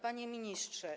Panie Ministrze!